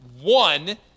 one